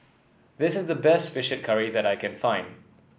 this is the best fish curry that I can find